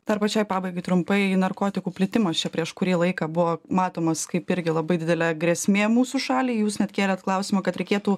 dar pačioj pabaigai trumpai narkotikų plitimas čia prieš kurį laiką buvo matomas kaip irgi labai didelė grėsmė mūsų šaliai jūs net kėlėt klausimą kad reikėtų